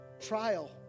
trial